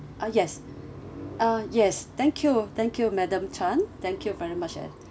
uh yes uh yes thank you thank you madam chan thank you very much and